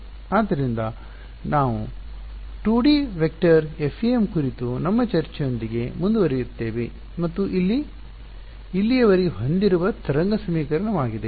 ಆದ್ದರಿಂದ ನಾವು 2ಡಿ ವೆಕ್ಟರ್ FEM ಕುರಿತು ನಮ್ಮ ಚರ್ಚೆಯೊಂದಿಗೆ ಮುಂದುವರಿಯುತ್ತೇವೆ ಮತ್ತು ನಾವು ಇಲ್ಲಿಯವರೆಗೆ ಹೊಂದಿರುವುದು ತರಂಗ ಸಮೀಕರಣವಾಗಿದೆ